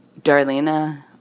Darlena